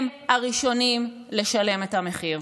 הם הראשונים לשלם את המחיר.